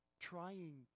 trying